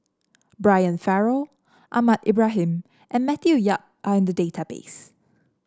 Brian Farrell Ahmad Ibrahim and Matthew Yap are in the database